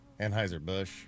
Anheuser-Busch